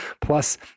Plus